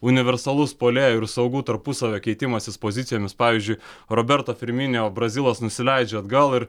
universalus puolėjo ir saugų tarpusavio keitimasis pozicijomis pavyzdžiui roberto firminijo brazilas nusileidžia atgal ir